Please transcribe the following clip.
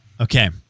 Okay